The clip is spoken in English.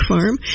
Farm